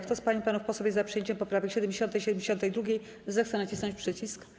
Kto z pań i panów posłów jest za przyjęciem poprawek 70. i 72., zechce nacisnąć przycisk.